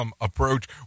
approach